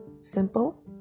simple